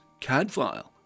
Cadfile